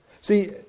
See